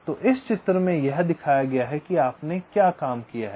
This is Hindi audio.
तो इस चित्र में यह दिखाया गया है कि आपने क्या काम किया है